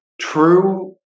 true